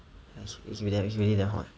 ya it's it's really damn hot